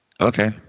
Okay